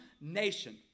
nation